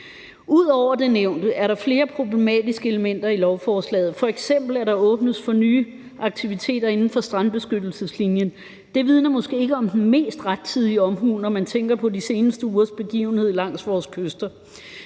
Ud over det nævnte er der flere problematiske elementer i lovforslaget, f.eks. at der åbnes for nye aktiviteter inden for strandbeskyttelseslinjen. Det vidner måske ikke om den mest rettidige omhu, når man tænker på de seneste ugers begivenheder langs vores kyster.